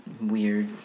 weird